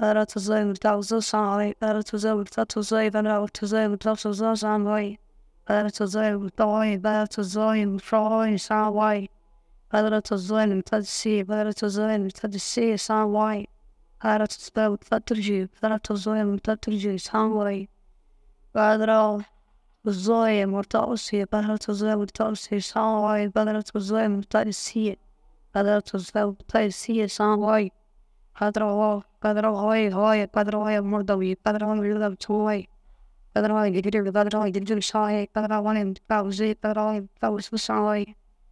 kadara tuzoo ye murta aguzuu saã foo ye kadara tuzoo ye murta tuzoo ye kadara tuzoo ye murta tuzoo saã foo ye kadara tuzoo ye murta foo kadara tuzoo ye murta foo saã foo kadara tuzoo murta disii ye kadara tuzoo ye murta disii ye saã foo ye kadara tuzoo ye murta tûrusuu ye kadara tuzoo murta tûrusuu saã foo ye kadara tuzoo ye murta wussu ye kadara tuzoo ye murta wussu ye saã foo kadara tuzoo ye murta yîsii ye kadara tuzoo ye murta yîsii ye saã foo. Kadara foo kadara ye foo kadara ye murdom ye kadara foo ye murdom saã foo kadara foo ye dîgirem ye kadara foo ye dîgirem saã foo kadara foo ye murta aguzuu ye kadara foo murta aguzuu saã foo.